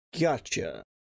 Gotcha